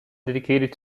dedicated